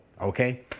Okay